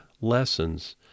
lessons